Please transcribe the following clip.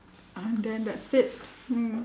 and then that's it mm